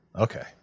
Okay